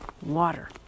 water